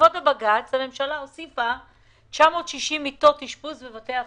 בעקבות הבג"ץ הממשלה הוסיפה 960 מיטות אשפוז בבתי החולים,